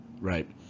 right